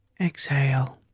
Exhale